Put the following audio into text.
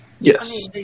Yes